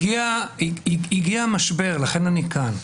הגיע משבר, לכן אני כאן.